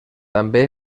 també